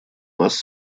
вас